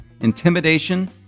intimidation